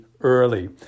early